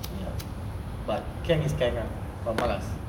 ya but can is can ah but malas